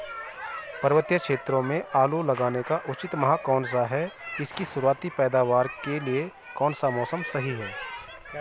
पर्वतीय क्षेत्रों में आलू लगाने का उचित माह कौन सा है इसकी शुरुआती पैदावार के लिए कौन सा मौसम सही है?